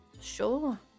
Sure